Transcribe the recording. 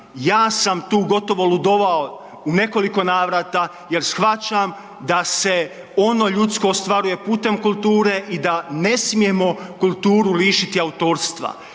Ja sam tu gotovo ludovao u nekoliko navrata jer shvaćam da se ono ljudsko ostvaruje putem kulture i da ne smijemo kulturu lišiti autorstva.